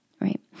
right